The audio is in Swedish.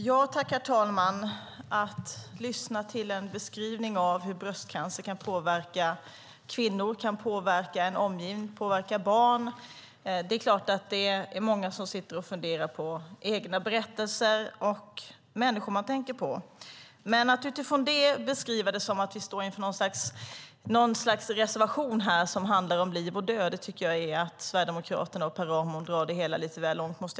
Herr talman! När man lyssnar till en beskrivning av hur bröstcancer kan påverka kvinnor, en omgivning och barn sitter många och funderar på egna berättelser och människor man tänker på. Men Sverigedemokraterna och Per Ramhorn drar det lite väl långt att utifrån det beskriva det som att vi står inför något slags reservation som handlar om liv och död.